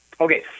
Okay